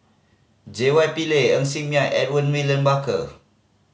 J Y Pillay Ng Ser Miang Edmund William Barker